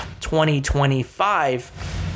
2025